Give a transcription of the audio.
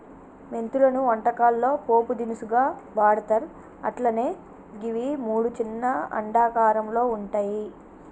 మెంతులను వంటకాల్లో పోపు దినుసుగా వాడ్తర్ అట్లనే గివి మూడు చిన్న అండాకారంలో వుంటయి